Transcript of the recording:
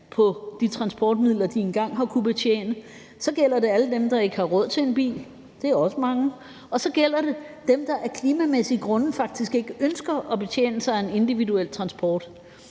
i de transportmidler, de engang har kunnet betjene. Så gælder det alle dem, der ikke har råd til en bil – det er også mange. Og så gælder det dem, der af klimamæssige grunde faktisk ikke ønsker at betjene sig af individuel transport.